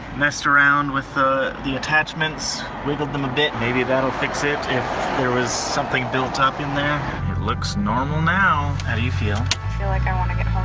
messed around with the the attachments. wiggled them a bit. maybe that'll fix it. if there was something built-up in there. it looks normal now! how do you feel? i feel like i wanna get